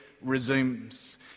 resumes